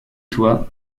toi